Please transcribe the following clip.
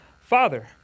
Father